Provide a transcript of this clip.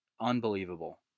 unbelievable